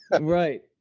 Right